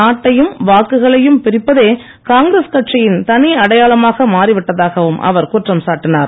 நாட்டையும் வாக்குகளையும் பிரிப்பதே காங்கிரஸ் கட்சியின் தனி அடையாளமாக மாறிவிட்டதாகவும் அவர் குற்றம் சாட்டினார்